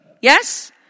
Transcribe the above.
Yes